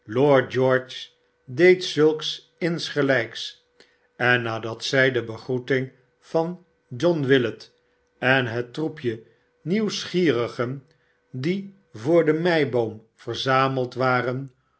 george deed zulks ingsgelijks en nadat zij de begroeting van john willet en het troepje nieuwsgierigen die voor de meiboom verzameld waren